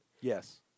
Yes